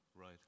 right